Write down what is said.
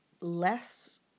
less